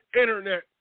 internet